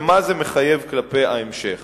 ומה זה מחייב כלפי ההמשך.